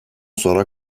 sonra